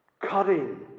cutting